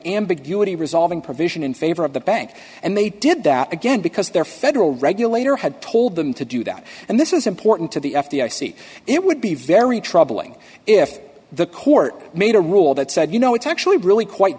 ambiguity resolving provision in favor of the bank and they did that again because their federal regulator had told them to do that and this is important to the f d i c it would be very troubling if the court made a rule that said you know it's actually really quite